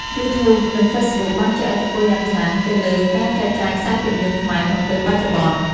យូធូបនិង ហ្វេសប៊ុកបានជះឥទ្ធិពលយ៉ាងខ្លាំង ទៅលើការចែកចាយខ្សែភាពយន្តខ្មែរក្នុងពេលបច្ចុប្បន្ន។